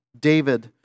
David